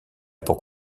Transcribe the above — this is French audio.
pour